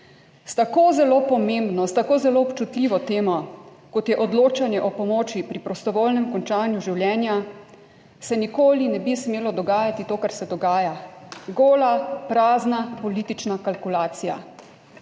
S tako zelo pomembno, s tako zelo občutljivo temo, kot je odločanje o pomoči pri prostovoljnem končanju življenja se nikoli ne bi smelo dogajati to, kar se dogaja: gola, prazna politična kalkulacija?